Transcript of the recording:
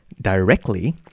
directly